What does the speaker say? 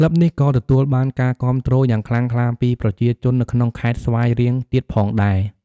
ក្លឹបនេះក៏ទទួលបានការគាំទ្រយ៉ាងខ្លាំងក្លាពីប្រជាជននៅក្នុងខេត្តស្វាយរៀងទៀតផងដែរ។